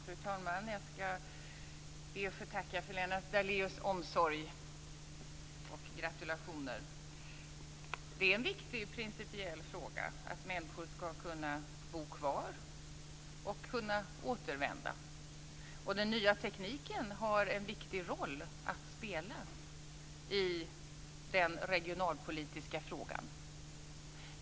Fru talman! Jag ska be att få tacka för Lennart Daléus omsorg och gratulationer. Det är en viktig principiell fråga att människor ska kunna bo kvar och kunna återvända. Den nya tekniken har en viktig roll att spela i den regionalpolitiska frågan.